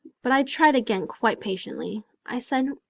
but i tried again quite patiently. i said,